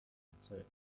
answered